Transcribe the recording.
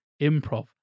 improv